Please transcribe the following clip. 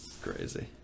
Crazy